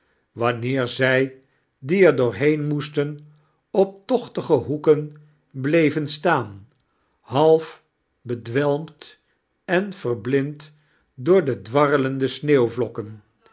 waaneer zij die er doorheen moestea op toohtige hoeken bleven staaa half bedwelmd en verblind door de dwarreleade